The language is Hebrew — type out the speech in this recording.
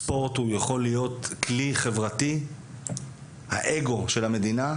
הספורט יכול להיות כלי חברתי והאגו של המדינה,